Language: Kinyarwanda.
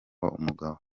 umugabo